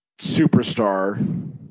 superstar